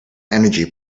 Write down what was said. energy